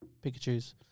Pikachus